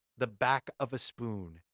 the back of a spoon.